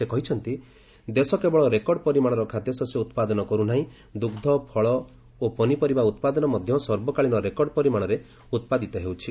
ସେ କହିଛନ୍ତି ଦେଶ କେବଳ ରେକର୍ଡ଼ ପରିମାଣର ଖାଦ୍ୟଶସ୍ୟ ଉତ୍ପାଦନ କରୁ ନାହିଁ ଦୁଗ୍ର ଫଳ ଓ ପନିପରିବା ଉତ୍ପାଦନ ମଧ୍ୟ ସର୍ବକାଳୀନ ରେକର୍ଡ଼ ପରିମାଣରେ ଉତ୍ପାଦିତ ହେଉଛି